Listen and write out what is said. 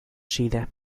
chile